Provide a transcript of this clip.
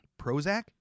Prozac